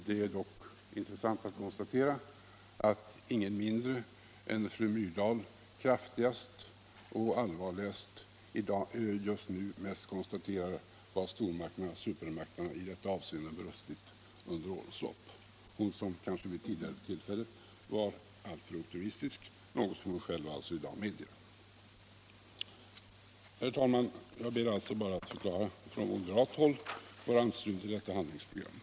Det är dock intressant att konstatera att ingen mindre än fru Myrdal just nu som kraftigast och allvarligast konstaterar att stormakterna i detta avseende har brustit under årens lopp — hon som vid tidigare tillfällen varit alltför optimistisk, något som hon alltså i dag själv medger. Herr talman! Jag ber alltså att från moderat håll få förklara vår anslutning till handlingsprogrammet.